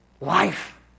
Life